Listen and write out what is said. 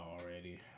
already